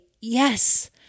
yes